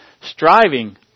striving